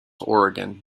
oregon